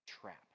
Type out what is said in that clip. trap